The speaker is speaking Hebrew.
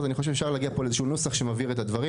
אז אני חושב שאפשר להגיע פה לאיזה שהוא נוסח שמבהיר את הדברים.